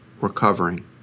recovering